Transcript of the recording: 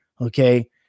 okay